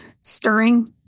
stirring